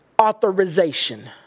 authorization